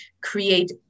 create